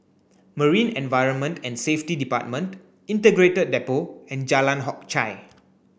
Marine Environment and Safety Department Integrated Depot and Jalan Hock Chye